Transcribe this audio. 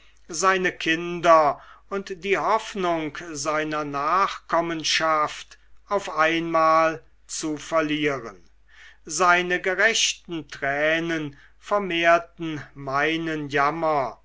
seine kinder und die hoffnung seiner nachkommenschaft auf einmal zu verlieren seine gerechten tränen vermehrten meinen jammer